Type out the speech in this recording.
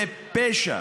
זה פשע,